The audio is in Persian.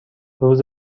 روز